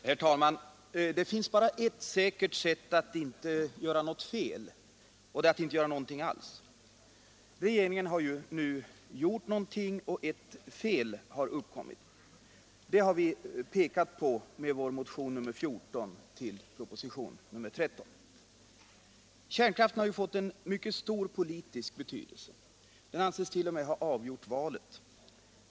Herr talman! Det finns bara ett säkert sätt att inte göra något fel, och det är att inte göra någonting alls. Regeringen har nu gjort någonting, och ett fel har uppkommit. Det har vi pekat på i vår motion 1976 77:25. Kärnkraften har fått en mycket stor politisk betydelse; den anses t.o.m. ha avgjort valet.